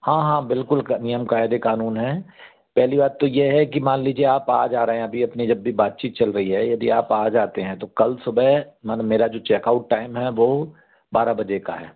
हाँ हाँ बिल्कुल क नियम क़ायदे क़ानून हैं पहली बात तो ये है कि मान लीजिए आप आज आ रहें हैं अभी अपनी जब भी बातचीत चल रही है यदि आप आज आते हैं तो कल सुबह मन मेरा जो चेकऑउट टाइम है वो बारह बजे का है